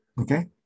okay